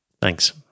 Thanks